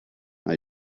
and